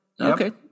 Okay